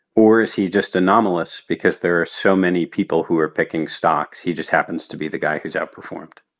or is he just anomalous because there are so many people who are picking stocks he just happens to be the guy who's outperformed?